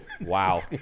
wow